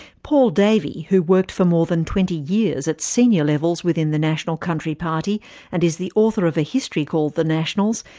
paul davey, who worked for more than twenty years at senior levels within the national country party and is the author of a history called the nationals,